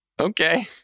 okay